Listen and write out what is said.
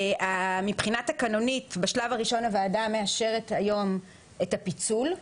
מבחינה תקנונית בשלב הראשון הוועדה מאשרת היום את הפיצול,